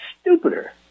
stupider